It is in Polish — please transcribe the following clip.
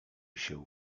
się